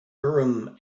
urim